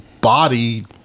body